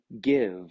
give